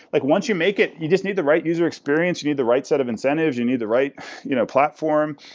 like once you make it, you just need the right user experience, you need the right set of incentives, you need the right you know platform.